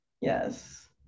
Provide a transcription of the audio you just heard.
Yes